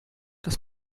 das